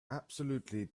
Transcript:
absolutely